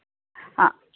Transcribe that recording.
ആ